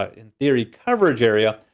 ah in theory, coverage area,